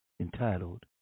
entitled